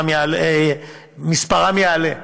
מספרם יעלה,